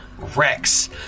Rex